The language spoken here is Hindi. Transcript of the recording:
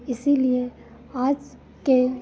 इसीलिए आज के